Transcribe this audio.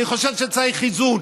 אני חושב שצריך איזון.